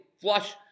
flush